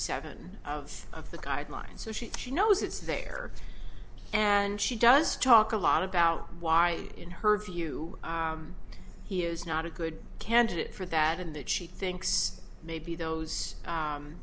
seven of the guidelines so she she knows it's there and she does talk a lot about why in her view he is not a good candidate for that and that she thinks maybe those